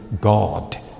God